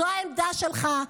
זו העמדה שלך,